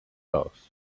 earth